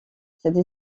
cette